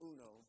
Uno